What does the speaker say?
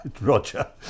Roger